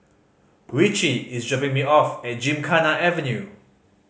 Ritchie is dropping me off at Gymkhana Avenue